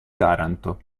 taranto